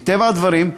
מטבע הדברים,